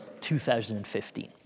2015